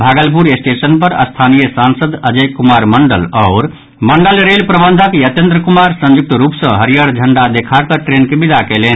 Bhagalpur station पर स्थानीय सांसद अजय कुमार मंडल आओर मंडल रेल प्रबंधक यतेन्द्र कुमार संयुक्त रूप सँ हरियर झंडा देखाकऽ ट्रेन के विदा कयलनि